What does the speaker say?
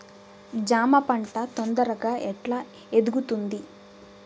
జామ పంట తొందరగా ఎట్లా ఎదుగుతుంది?